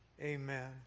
amen